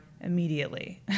immediately